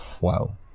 Wow